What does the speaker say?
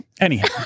Anyhow